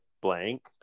blank